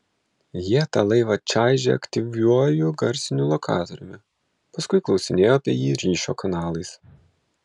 jie tą laivą čaižė aktyviuoju garsiniu lokatoriumi paskui klausinėjo apie jį ryšio kanalais